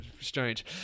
Strange